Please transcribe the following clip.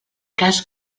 cas